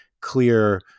clear